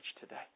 today